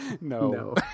No